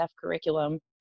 curriculum